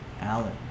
Alan